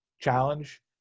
challenge